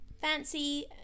fancy